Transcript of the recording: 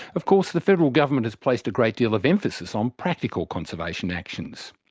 of course, the federal government has placed a great deal of emphasis on practical conservation actions.